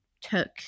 took